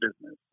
business